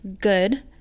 good